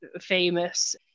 famous